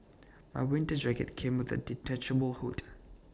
my winter jacket came with A detachable hood